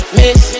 miss